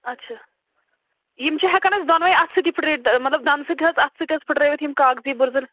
اَچھا یِم چھِ ہٮ۪کَن أسۍ دۄنوَے اَتھٕ سۭتی پھٕٹرٲوِتھ مطلب دنٛدٕ سۭتۍ حظ اَتھٕ سۭتۍ حظ پھٕٹرٲوِتھ یِم کاکزی بٕرزٔلۍ